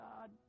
God